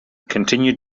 continued